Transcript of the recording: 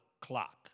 clock